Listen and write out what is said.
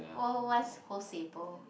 oh what's hosei bo